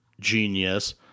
genius